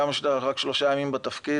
הגם שאתה רק שלושה ימים בתפקיד,